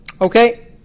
Okay